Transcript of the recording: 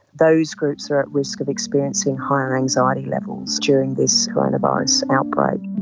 those groups are at risk of experiencing higher anxiety levels during this coronavirus outbreak.